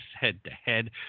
head-to-head